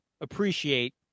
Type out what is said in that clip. appreciate